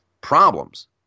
problems